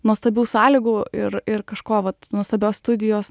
nuostabių sąlygų ir ir kažko vat nuostabios studijos